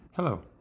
Hello